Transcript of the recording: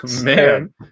Man